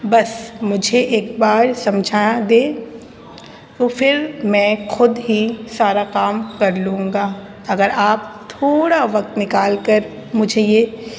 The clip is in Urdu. بس مجھے ایک بار سمجھا دیں تو پھر میں خود ہی سارا کام کر لوں گا اگر آپ تھوڑا وقت نکال کر مجھے یہ